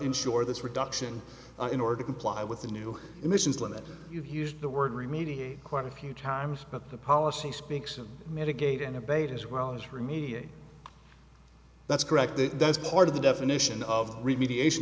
ensure this reduction in order to comply with the new emissions limit you've used the word remediate quite a few times but the policy speaks of mitigating the bait as well as remediate that's correct the that's part of the definition of remediation